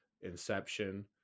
inception